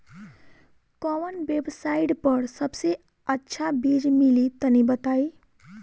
कवन वेबसाइट पर सबसे अच्छा बीज मिली तनि बताई?